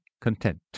content